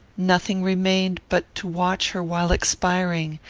nothing remained but to watch her while expiring,